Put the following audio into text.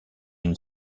une